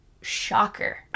Shocker